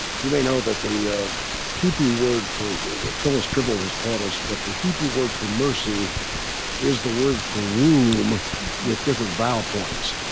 you may know that the ah hebrew word for phyllis trible has taught us that the hebrew word for mercy is the word for womb with different vowel points.